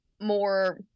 more